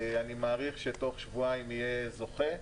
אני מעריך שתוך שבועיים יהיה זוכה.